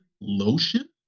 lotion